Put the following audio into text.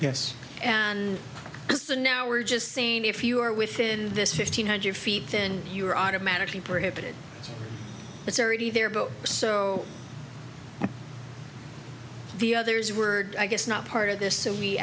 yes and is the now we're just saying if you are within this fifteen hundred feet then you are automatically bridgette it's already there but so the others were i guess not part of this